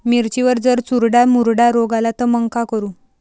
मिर्चीवर जर चुर्डा मुर्डा रोग आला त मंग का करू?